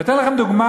אני אתן לכם דוגמה,